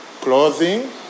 Clothing